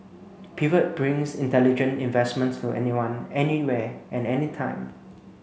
pivot brings intelligent investments to anyone anywhere and anytime